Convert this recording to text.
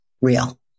real